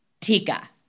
Tika